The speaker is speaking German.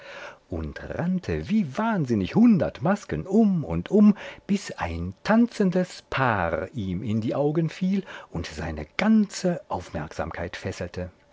und rannte wie wahnsinnig hundert masken um und um bis ein tanzendes paar ihm in die augen fiel und seine ganze aufmerksamkeit fesselte